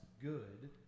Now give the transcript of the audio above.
good